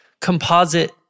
composite